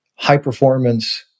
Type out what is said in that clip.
high-performance